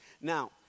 Now